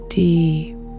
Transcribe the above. deep